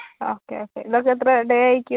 okay okay ഇതൊക്കെ എത്ര day ആയിരിക്കും